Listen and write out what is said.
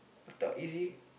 I thought easy